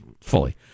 fully